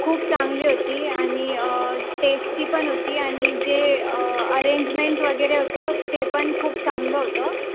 खूप चांगली होती आणि टेस्टी पण होती आणि जे अरेंजमेंट वगैरे होतं ते पण खूप चांगलं होतं